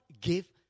give